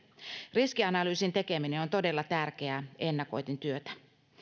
riskianalyysin tekeminen on on todella tärkeää ennakointityötä